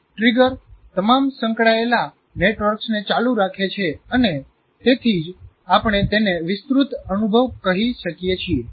એક ટ્રિગર તમામ સંકળાયેલા નેટવર્ક્સને ચાલુ રાખે છે અને તેથી જ આપણે તેને વિસ્તૃત અનુભવ કહી શકીએ છીએ